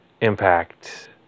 impact